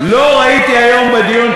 לא ראיתי היום בדיון,